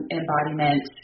embodiment